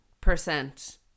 percent